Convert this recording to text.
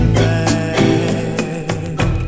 back